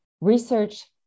research